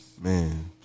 Man